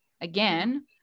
Again